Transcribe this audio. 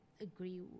agree